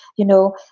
you know,